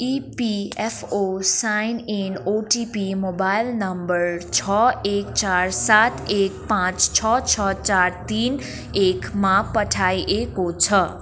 EPFO sign in OTP mobile number छ एक चार सात एक पाँच छ छ चार तिन एकमा पठाइएको छ